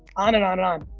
on, and on, and on.